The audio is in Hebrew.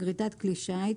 "גריטת כלי שיט